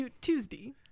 Tuesday